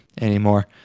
anymore